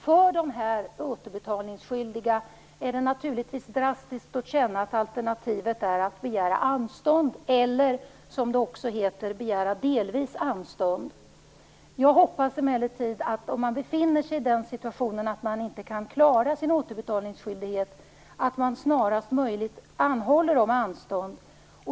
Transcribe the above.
För de återbetalningsskyldiga känns det naturligtvis drastiskt att alternativet är att begära anstånd eller, som det också heter, delvis anstånd. Om man befinner sig i den situationen att man inte kan klara sin återbetalningsskyldighet hoppas jag emellertid att man snarast möjligt anhåller om anstånd.